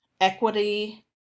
equity